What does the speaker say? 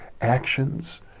actions